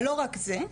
אבל לא רק זה.